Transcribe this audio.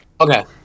Okay